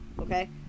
okay